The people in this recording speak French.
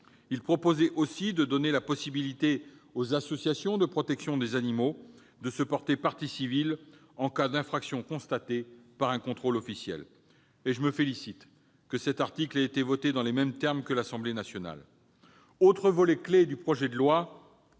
proposé de donner la possibilité aux associations de protection des animaux de se porter partie civile en cas d'infraction constatée par un contrôle officiel. Je me félicite que cet article ait été voté dans les mêmes termes que l'Assemblée nationale. Autre volet clé du projet de loi,